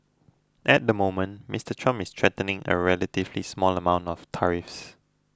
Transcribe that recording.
at the moment Mister Trump is threatening a relatively small amounts of tariffs